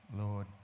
Lord